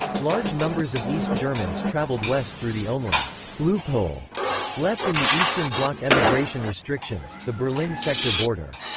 large numbers of east germans traveled west through the only loophole left in the eastern bloc emigration restrictions, the berlin sector border.